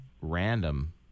Random